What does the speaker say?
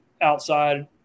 outside